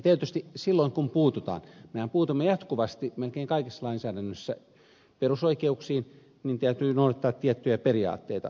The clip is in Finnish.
tietysti silloin kun puututaan mehän puutumme jatkuvasti melkein kaikessa lainsäädännössä perusoikeuksiin täytyy noudattaa tiettyjä periaatteita